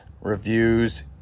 reviews